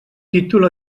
títol